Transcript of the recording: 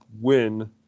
win